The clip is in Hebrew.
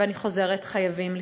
ואני חוזרת: חייבים לפתור.